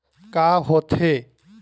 का होथे?